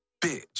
bitch